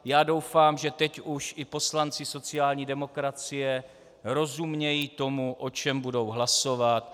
Já doufám, že teď už i poslanci sociální demokracie rozumějí tomu, o čem budou hlasovat.